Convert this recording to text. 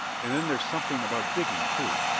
and then there's something about digging, too!